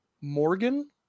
Morgan